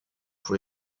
pour